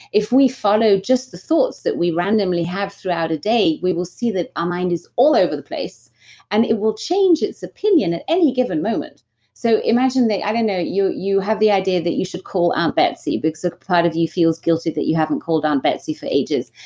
if we follow just the thoughts that we randomly have throughout a day, we will see that our mind is all over the place and it will change its opinion at any given moment so imagine, ah you you have the idea that you should call aunt betsy because a part of you feels guilty that you haven't called aunt betsy for ages.